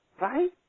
Right